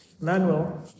Manuel